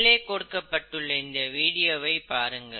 மேலே கொடுக்கப்பட்டுள்ள இந்த வீடியோவை பாருங்கள்